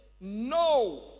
no